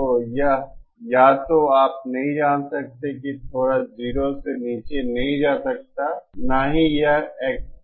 तो यह या तो आप नहीं जान सकते कि थोड़ा 0 से नीचे नहीं जा सकता है न ही यह एक्सपो कर सकता है